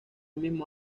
mismo